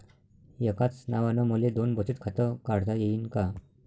एकाच नावानं मले दोन बचत खातं काढता येईन का?